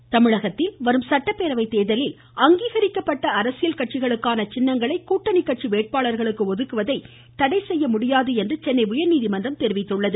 நீதிமன்றம் தமிழகத்தில் வரும் சட்டப்பேரவை தேர்தலில் அங்கீகரிக்கப்பட்ட அரசியல் கட்சிகளுக்கான சின்னங்களை கூட்டணி கட்சி வேட்பாளர்களுக்கு ஒதுக்குவதை தடைசெய்ய முடியாது என்று சென்னை உயர்நீதிமன்றம் தெரிவித்துள்ளது